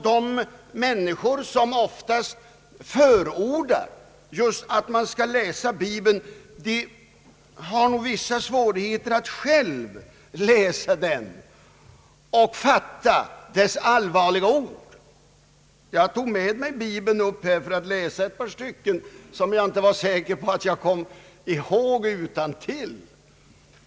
De människor som oftast förordar just att man skall läsa bibeln har nog vissa svårigheter att själva läsa den och fatta dess allvarliga ord. Jag tog med mig bibeln upp här i talarstolen för att läsa ett par stycken som jag inte var säker på om jag kom ihåg utantill.